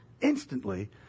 Instantly